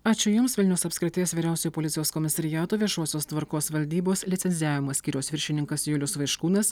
ačiū jums vilniaus apskrities vyriausiojo policijos komisariato viešosios tvarkos valdybos licencijavimo skyriaus viršininkas julius vaiškūnas